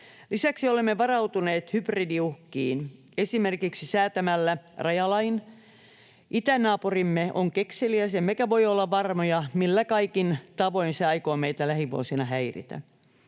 Lisäksi olemme varautuneet hybridiuhkiin esimerkiksi säätämällä rajalain. Itänaapurimme on kekseliäs, emmekä voi olla varmoja, millä kaikin tavoin se aikoo meitä lähivuosina häiritä.